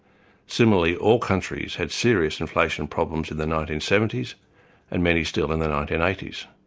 similarly, all countries had serious inflation problems in the nineteen seventy s and many still in the nineteen eighty s.